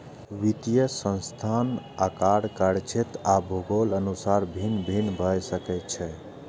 वित्तीय संस्थान आकार, कार्यक्षेत्र आ भूगोलक अनुसार भिन्न भिन्न भए सकै छै